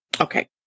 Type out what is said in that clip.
Okay